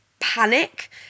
panic